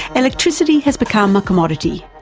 electricity has become a commodity,